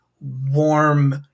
warm